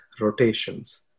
rotations